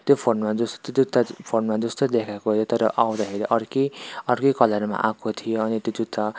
त्यो फोनमा जस्तो त्यो जुत्ता फोनमा जस्तो देखाएको यो तर आउँदाखेरि अर्कै अर्कै कलरमा आएको थियो अनि त्यो जुत्ता